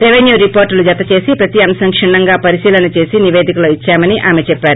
revenue రిపోర్టులు జతచేసి ప్రతి అంశం కుణ్ణంగా పరిశీలన చేసి నివేదికలో ఇద్సామని ఆమె చెప్పారు